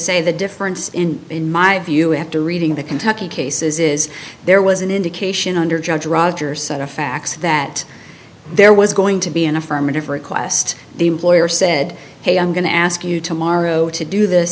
say the difference in in my view after reading the kentucky cases is there was an indication under judge roger set of facts that there was going to be an affirmative request the employer said hey i'm going to ask you tomorrow to do this